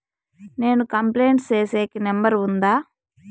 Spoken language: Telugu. నేను కంప్లైంట్ సేసేకి నెంబర్ ఉందా?